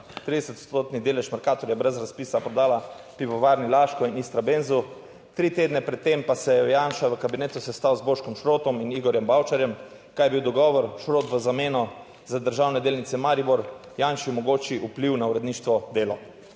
30 odstotni delež Mercatorja brez razpisa prodala Pivovarni Laško in Istrabenzu, tri tedne pred tem pa se je Janša v kabinetu sestal z Boškom Šrotom in Igorjem Bavčarjem. Kaj je bil dogovor? Šrot v zameno za državne delnice Maribor Janši omogoči vpliv na uredništvo Delo.